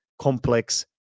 complex